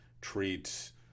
treats